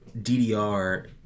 DDR